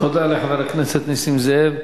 תודה לחבר הכנסת נסים זאב.